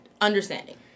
Understanding